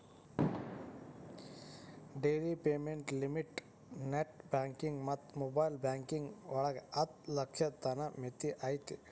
daily payment limit net banking ಮತ್ತ mobile banking ಒಳಗ ಹತ್ತ ಲಕ್ಷದ್ ತನ ಮಿತಿ ಐತಿ